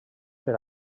per